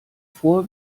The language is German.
vor